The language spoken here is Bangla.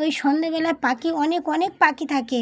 ওই সন্ধেবেলায় পাখি অনেক অনেক পাখি থাকে